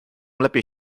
lepiej